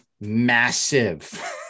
massive